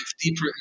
deeper